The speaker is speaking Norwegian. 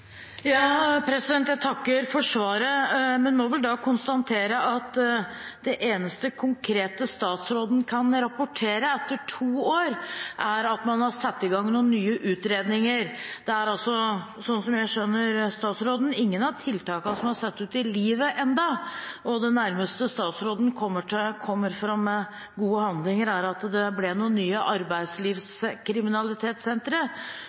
Jeg takker for svaret, men må konstatere at det eneste konkrete statsråden kan rapportere etter to år, er at man har satt i gang noen nye utredninger. Sånn jeg skjønner statsråden, er ingen av tiltakene satt ut i livet ennå, og det nærmeste statsråden kommer gode handlinger, er at det ble noen nye